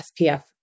SPF